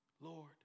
Lord